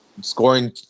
scoring